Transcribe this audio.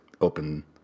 open